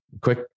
quick